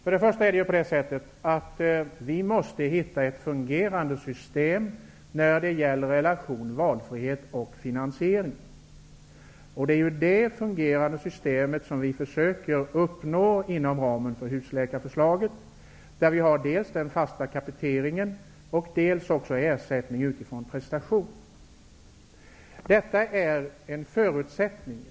Herr talman! För det första måste vi hitta ett fungerande system när det gäller relationen mellan valfrihet och finansiering. Det är detta fungerande system som vi försöker att uppnå inom ramen för husläkarförslaget, där vi dels har den fasta ersättningen, dels ersättning utifrån prestation. Detta är en förutsättning.